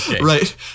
right